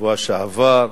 בשבוע שעבר,